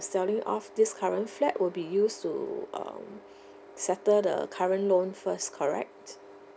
selling off this current flat will be used to um settle the current loan first correct